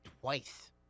twice